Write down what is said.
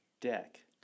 deck